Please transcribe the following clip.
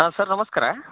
ಹಾಂ ಸರ್ ನಮಸ್ಕಾರ